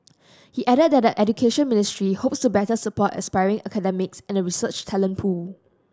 he added that the Education Ministry hopes to better support aspiring academics and the research talent pool